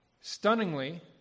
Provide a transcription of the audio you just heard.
Stunningly